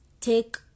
take